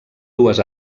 dues